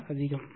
விட அதிகம்